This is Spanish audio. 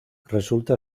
resulta